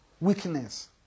weakness